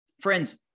Friends